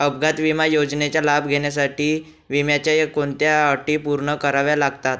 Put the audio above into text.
अपघात विमा योजनेचा लाभ घेण्यासाठी विम्याच्या कोणत्या अटी पूर्ण कराव्या लागतात?